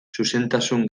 zuzentasun